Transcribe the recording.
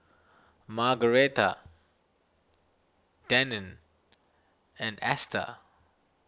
Margaretta Denine and Ester